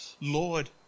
Lord